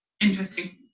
interesting